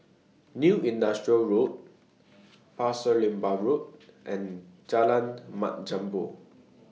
New Industrial Road Pasir Laba Road and Jalan Mat Jambol